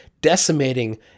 decimating